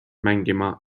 mängima